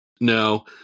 no